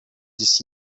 this